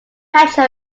metro